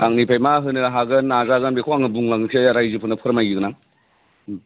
आंनिफ्राय मा होनो हागोन नाजागोन बेखौ आंङो बुंलांसै रायजो फोरनो फोरमायगोन आं